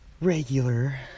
Regular